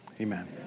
amen